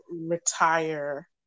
retire